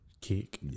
kick